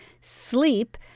Sleep